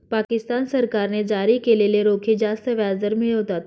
पाकिस्तान सरकारने जारी केलेले रोखे जास्त व्याजदर मिळवतात